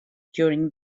during